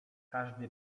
każdy